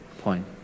point